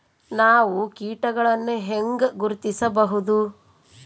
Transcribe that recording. ನಾವು ಕೇಟಗಳನ್ನು ಹೆಂಗ ಗುರ್ತಿಸಬಹುದು?